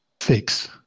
fix